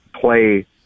play